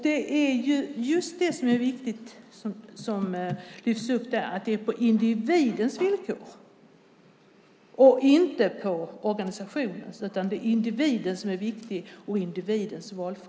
Det som lyfts upp som viktigt är att det är på individens villkor och inte på organisationens. Det är individen och individens valfrihet som är viktig.